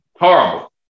Horrible